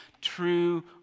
true